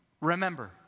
Remember